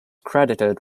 credited